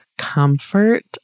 comfort